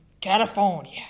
California